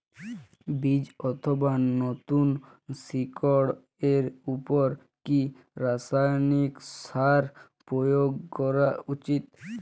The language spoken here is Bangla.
বীজ অথবা নতুন শিকড় এর উপর কি রাসায়ানিক সার প্রয়োগ করা উচিৎ?